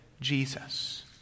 Jesus